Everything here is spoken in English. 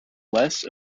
less